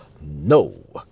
no